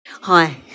Hi